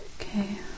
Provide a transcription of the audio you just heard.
Okay